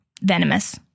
venomous